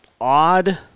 odd